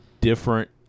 different